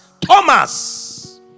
Thomas